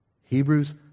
Hebrews